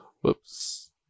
Whoops